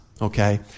okay